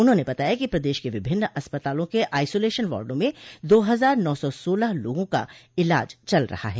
उन्होंने बताया कि प्रदेश के विभिन्न अस्पतालों के आइसोलेशन वार्डो में दो हजार नौ सौ सालह लोगों का इलाज चल रहा है